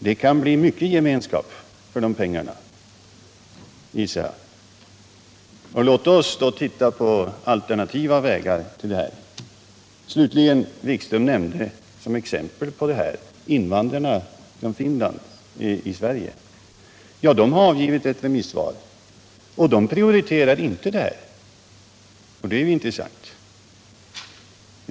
Det kan bli mycket gemenskap för de pengarna, gissar jag. Låt oss då se på alternativa vägar i detta fall! Slutligen: Jan-Erik Wikström nämnde som exempel invandrarna från Finland i Sverige. Ja, de har avgivit ett remissvar, och de prioriterar inte satellitprojektet. Det är ju intressant.